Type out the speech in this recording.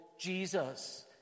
Jesus